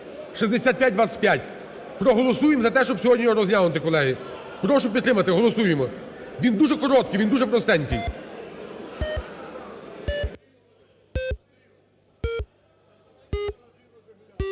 Проголосуємо за те, щоб сьогодні його розглянути, колеги. Прошу підтримати, голосуємо. Він дуже короткий, він дуже простенький.